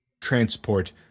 transport